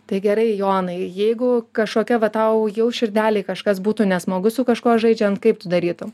tai gerai jonai jeigu kažkokia va tau jau širdelei kažkas būtų nesmagu su kažkuo žaidžiant kaip tu darytum